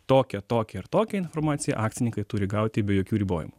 tokią tokią ir tokią informaciją akcininkai turi gauti be jokių ribojimų